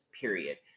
Period